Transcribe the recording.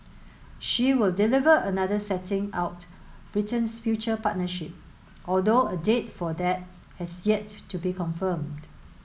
she will deliver another setting out Britain's future partnership although a date for that has yet to be confirmed